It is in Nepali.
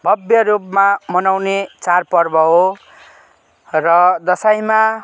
भव्य रूपमा मनाउने चाड पर्व हो र दसैँमा